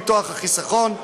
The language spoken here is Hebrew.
ביטוח וחיסכון,